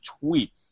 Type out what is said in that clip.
tweet